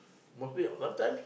mostly a~ sometimes